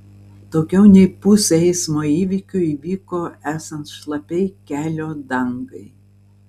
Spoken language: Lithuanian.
daugiau nei pusė eismo įvykių įvyko esant šlapiai kelio dangai